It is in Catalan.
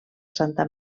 santa